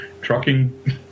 trucking